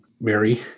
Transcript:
Mary